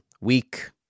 weak